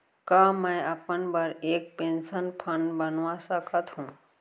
का मैं अपन बर एक पेंशन फण्ड बनवा सकत हो?